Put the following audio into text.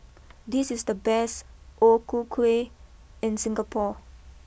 this is the best O Ku Kueh in Singapore